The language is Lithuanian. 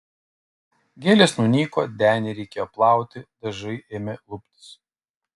gėlės nunyko denį reikėjo plauti dažai ėmė luptis